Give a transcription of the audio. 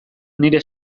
nire